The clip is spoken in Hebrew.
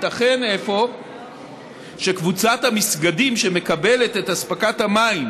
ייתכן אפוא שקבוצת המסגדים שמקבלת את אספקת המים